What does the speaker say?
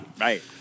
Right